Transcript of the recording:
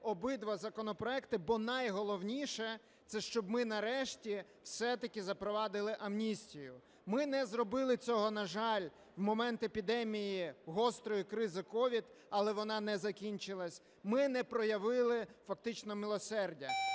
обидва законопроекти, бо найголовніше - це щоб ми нарешті все-таки запровадили амністію. Ми не зробили цього, на жаль, в момент епідемії, гострої кризи COVID, але вона не закінчилася. Ми не проявили фактично милосердя.